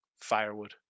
firewood